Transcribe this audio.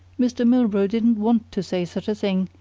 mr. milburgh didn't want to say such a thing,